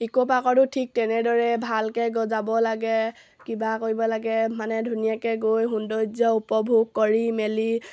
ইক'পাৰ্কতো ঠিক তেনেদৰে ভালকৈ যাব লাগে কিবা কৰিব লাগে মানে ধুনীয়াকৈ গৈ সৌন্দৰ্য উপভোগ কৰি মেলি